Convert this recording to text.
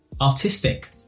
artistic